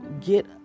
get